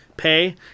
pay